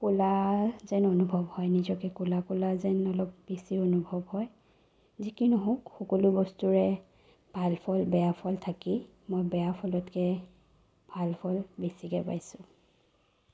ক'লা যেন অনুভৱ হয় নিজকে ক'লা ক'লা যেন অলপ বেছি অনুভৱ হয় যি কি নহওঁক সকলো বস্তুৰে ভাল ফল বেয়া ফল থাকেই মই বেয়া ফলতকে ভাল ফল বেছিকে পাইছোঁ